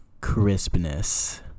crispness